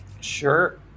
sure